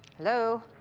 hello?